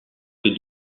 que